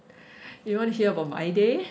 you want to hear about my day